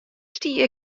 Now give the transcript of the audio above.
stie